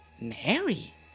Mary